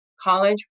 college